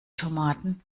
tomaten